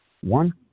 One